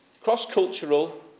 cross-cultural